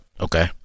Okay